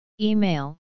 Email